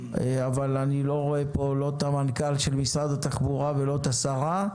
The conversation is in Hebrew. אבל אני לא רואה פה את מנכ"ל משרד התחבורה ולא את השרה,